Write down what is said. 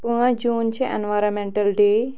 پانٛژھ جوٗن چھُ environmental day